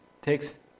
takes